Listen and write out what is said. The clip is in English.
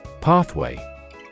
Pathway